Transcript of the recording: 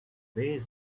ways